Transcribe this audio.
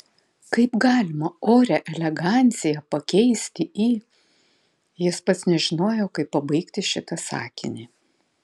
kaip galima orią eleganciją pakeisti į jis pats nežinojo kaip pabaigti šitą sakinį